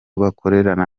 bakorana